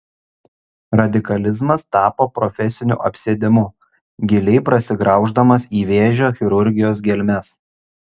radikalizmas tapo profesiniu apsėdimu giliai prasigrauždamas į vėžio chirurgijos gelmes